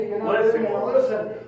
listen